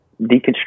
deconstruct